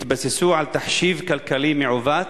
התבססו על תחשיב כלכלי מעוות,